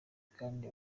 kandi